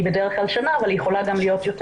היא בדרך-כלל שנה אבל היא יכולה להיות יותר.